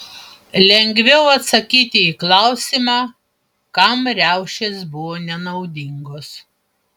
lengviau atsakyti į klausimą kam riaušės buvo nenaudingos